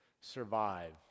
survive